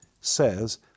says